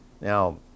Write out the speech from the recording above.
Now